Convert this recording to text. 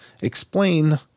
explain